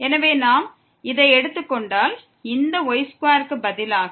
எனவே நாம் இதை எடுத்துக் கொண்டால் இந்த y2 க்கு பதிலாக